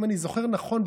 אם אני זוכר נכון,